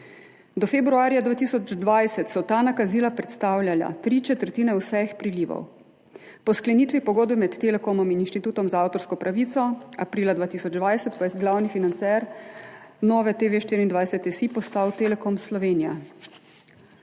Do februarja 2020 so ta nakazila predstavljala tri četrtine vseh prilivov. Po sklenitvi pogodbe med Telekomom in Inštitutom za avtorsko pravico aprila 2020 pa je glavni financer NoveTV24.si postal Telekom Slovenije.